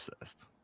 obsessed